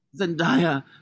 Zendaya